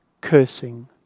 cursing